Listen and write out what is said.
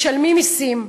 משלמים מסים,